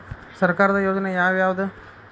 ಸರ್ಕಾರದ ಯೋಜನೆ ಯಾವ್ ಯಾವ್ದ್?